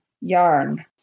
yarn